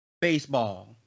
baseball